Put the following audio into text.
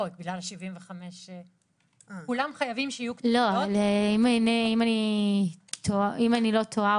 אם אני לא טועה,